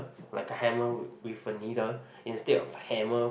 like a hammer with a needle instead of hammer